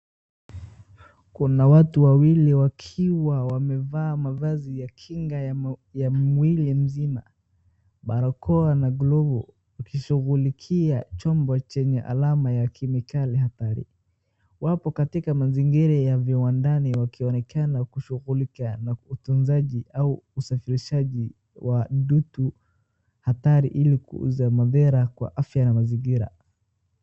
Kuna watu wawili wakiwa wamevaa mavazi ya kinga ya mwili mzima, barakoa na glavu wakishughulikia chombo chenye alama ya kemikali hatari , wapo katika mazingira ya viwandani wakionekana kushughulika na utunzaji au usafirishaji wa dutu hatari ili kupunguza madhara kwa afya na mazingira .